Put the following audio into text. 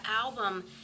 album